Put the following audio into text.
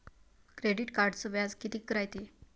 Credit कार्डचं व्याज कितीक रायते?